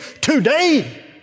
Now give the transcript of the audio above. today